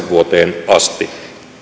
vuoteen kaksituhattakahdeksan asti